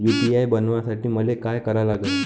UPI बनवासाठी मले काय करा लागन?